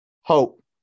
hope